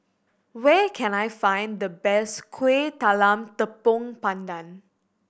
where can I find the best Kueh Talam Tepong Pandan